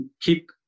keep